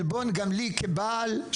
עלבון גם לי, כבעל.